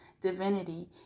divinity